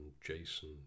Jason